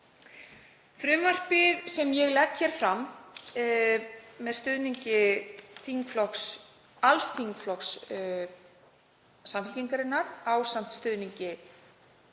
Frumvarpið, sem ég legg hér fram með stuðningi alls þingflokks Samfylkingarinnar ásamt stuðningi